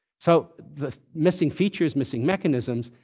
so the missing features, missing mechanisms,